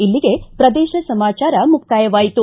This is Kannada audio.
ಇಲ್ಲಿಗೆ ಪ್ರದೇಶ ಸಮಾಚಾರ ಮುಕ್ತಾಯವಾಯಿತು